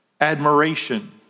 admiration